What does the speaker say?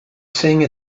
sing